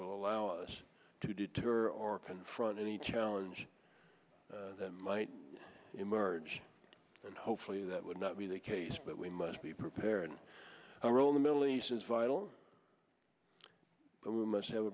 will allow us to deter or confront any challenge that might emerge and hopefully that would not be the case but we must be prepared to roll in the middle east is vital but we must have a